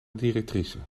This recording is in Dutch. directrice